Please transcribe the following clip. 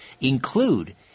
include